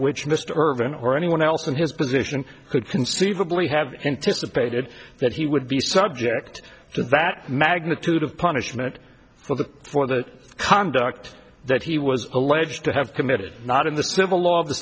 which mr ervin or anyone else in his position could conceivably have anticipated that he would be subject to that magnitude of punishment for the for the conduct that he was alleged to have committed not in the civil law of the